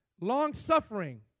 long-suffering